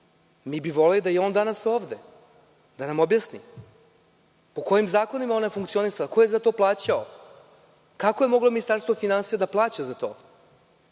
Mi bi voleli da je i on danas ovde, da nam objasni po kojim zakonima je onda funkcionisali, ko je za to plaćao? Kako je moglo Ministarstvo finansija da plaća za to? Da